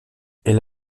elle